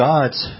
God's